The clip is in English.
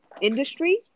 industry